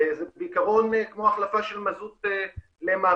וזה בעיקרון כמו החלפה של מזוט לגז.